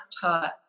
taught